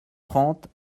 trente